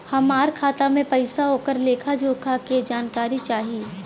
हमार खाता में पैसा ओकर लेखा जोखा के जानकारी चाही?